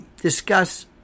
discuss